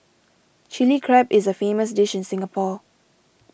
Chilli Crab is a famous dish in Singapore